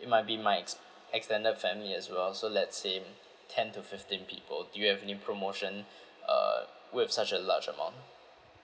it might be my ex~ extended family as well so let's say ten to fifteen people do you have any promotion uh worth such a large amount